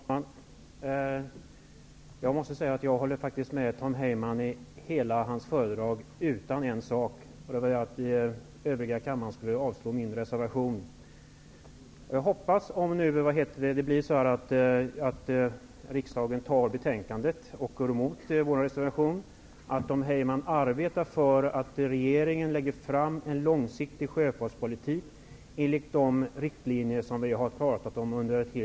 Herr talman! Jag måste säga att jag faktiskt instämmer i det som Tom Heyman sade i sitt föredrag här -- utom på en punkt, nämligen där han uppmanar övriga i kammaren att yrka avslag på min reservation. Om riksdagen antar betänkandet och således går emot vår reservation, hoppas jag att Tom Heyman i alla fall arbetar för att regeringen lägger fram en långsiktig sjöfartspolitik enligt de riktlinjer som vi under ett helt år har talat om.